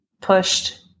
pushed